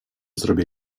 zrobię